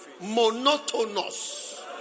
monotonous